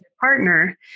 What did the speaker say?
partner